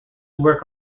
work